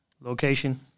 location